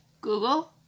google